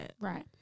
Right